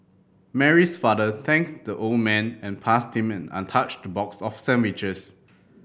Mary's father thanked the old man and passed him an untouched box of sandwiches